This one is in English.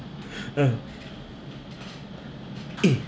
mm eh